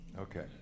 Okay